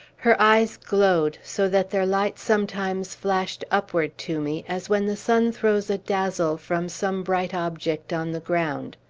her eyes glowed, so that their light sometimes flashed upward to me, as when the sun throws a dazzle from some bright object on the ground.